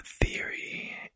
theory